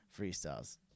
freestyles